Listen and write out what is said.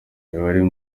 iba